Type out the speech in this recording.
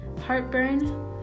heartburn